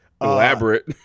elaborate